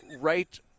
right